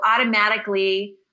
automatically